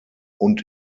und